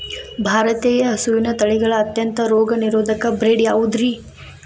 ಭಾರತೇಯ ಹಸುವಿನ ತಳಿಗಳ ಅತ್ಯಂತ ರೋಗನಿರೋಧಕ ಬ್ರೇಡ್ ಯಾವುದ್ರಿ?